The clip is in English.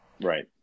right